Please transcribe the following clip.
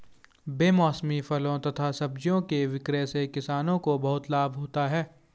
बेमौसमी फलों तथा सब्जियों के विक्रय से किसानों को बहुत लाभ होता है